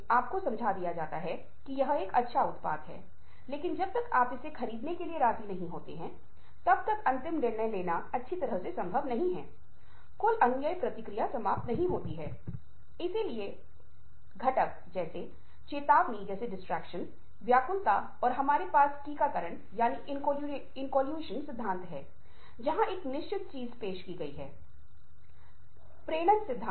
अब दूसरा अंक यह है कि "जब तक आवश्यक न हो बाधित न करें" हम सभी एक आधुनिक सभ्यता में जल्दी में हैं लेकिन कम से कम जब आप बातचीत शुरू कर रहे हैं तो कम से कम कुछ मिनटों के लिए दूसरे व्यक्ति को बिना किसी बाधा के बोलने की अनुमति दें